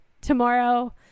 tomorrow